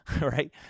right